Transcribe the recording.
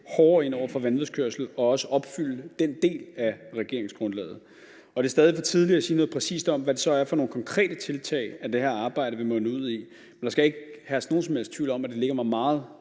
hårdere ind over for vanvidskørsel og også opfylde den del af regeringsgrundlaget. Det er stadig for tidligt at sige noget præcist om, hvad det så er for nogle konkrete tiltag, det her arbejde vil munde ud i. Der skal ikke herske nogen som helst tvivl om, at det ligger mig meget